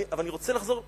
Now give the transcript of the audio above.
ואני רוצה לחזור,